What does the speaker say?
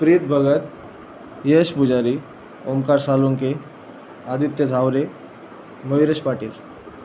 Preet Bhagat Yash Pujari Omkar Salunke Aditya Jhaware Mayuresh Patil